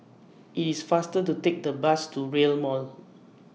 IT IS faster to Take The Bus to Rail Mall